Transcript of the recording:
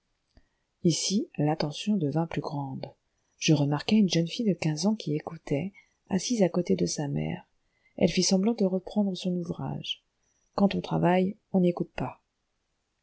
ici l'attention devint plus grande je remarquai une jeune fille de quinze ans qui écoutait assise à côté de sa mère elle fit semblant de reprendre son ouvrage quand on travaille on n'écoute pas